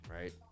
right